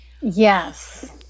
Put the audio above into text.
yes